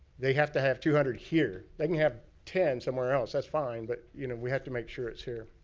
they have to have two hundred here. they can have ten somewhere else. that's fine. but you know we have to make sure it's here.